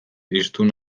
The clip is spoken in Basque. hiztun